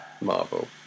Marvel